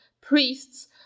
priests